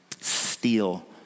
steal